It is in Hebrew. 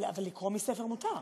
אבל לקרוא מספר מותר.